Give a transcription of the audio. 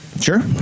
Sure